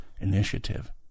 Initiative